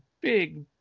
big